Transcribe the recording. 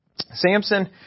Samson